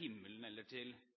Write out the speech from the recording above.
himmelen eller til